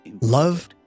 love